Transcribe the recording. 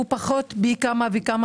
הוא פחות פי כמה וכמה